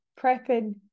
prepping